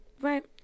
Right